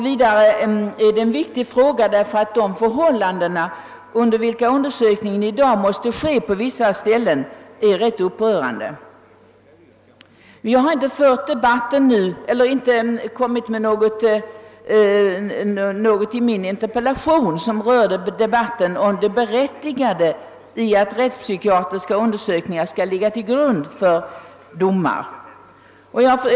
Vidare är frågan viktig därför att de förhållanden under vilka undersökningarna i dag måste göras på vissa ställen är ganska upprörande. Jag har i min interpellation inte berört debatten om det berättigade i att rättspsykiatriska undersökningar skall ligga till grund för domar.